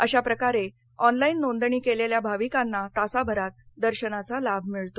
अशा प्रकारे ऑनलाईन नोंदणी केलेल्या भाविकांना तासाभरात दर्शनाचा लाभ मिळतो